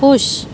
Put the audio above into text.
خوش